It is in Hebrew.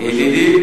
ידידי,